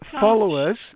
followers